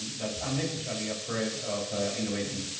that's unnecessarily afraid of innovating.